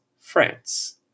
France